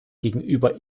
gegenüber